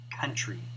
country